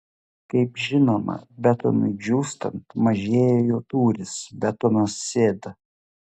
kaip žinoma betonui džiūstant mažėja jo tūris betonas sėda